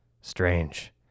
Strange